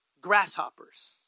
grasshoppers